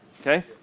Okay